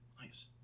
Nice